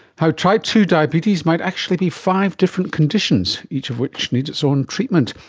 how type two diabetes might actually be five different conditions, each of which needs its own treatment.